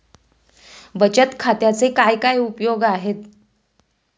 बचत खात्याचे काय काय उपयोग आहेत?